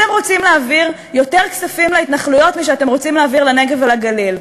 אתם רוצים להעביר יותר כספים להתנחלויות מלנגב ולגליל,